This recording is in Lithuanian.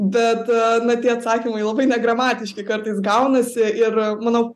bet na tie atsakymai labai negramatiški kartais gaunasi ir manau